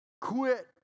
Quit